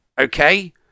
Okay